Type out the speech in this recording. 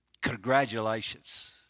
Congratulations